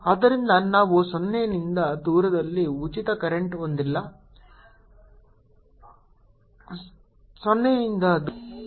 ಆದ್ದರಿಂದ ನಾವು 0 ನಿಂದ ದೂರದಲ್ಲಿ ಉಚಿತ ಕರೆಂಟ್ ಹೊಂದಿಲ್ಲ H Jfree0